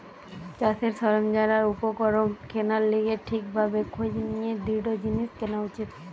চাষের সরঞ্জাম আর উপকরণ কেনার লিগে ঠিক ভাবে খোঁজ নিয়ে দৃঢ় জিনিস কেনা উচিত